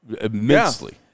immensely